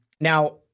Now